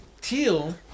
Teal